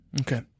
Okay